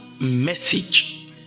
message